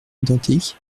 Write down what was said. identiques